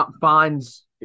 finds